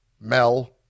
Mel